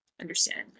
understand